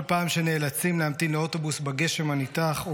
כל פעם שנאלצים להמתין לאוטובוס בגשם הניתך או